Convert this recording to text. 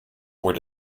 were